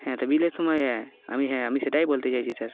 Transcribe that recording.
হ্যাঁ তাো মিলের সময় হ্যাঁ আমি হ্যাঁ আমি সেটাই বলতে চাইছি স্যার